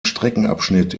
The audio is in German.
streckenabschnitt